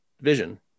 Vision